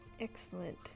excellent